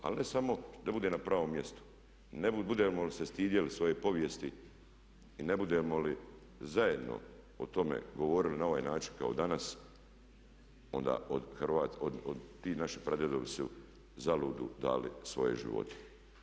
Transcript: Ali ne samo da bude na pravom mjestu, budemo li se stidjeli svoje povijesti i ne budemo li zajedno o tome govorili na ovaj način kao danas onda ti naši pradjedovi su zaludu dali svoje živote.